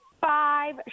Five